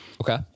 Okay